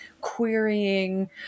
querying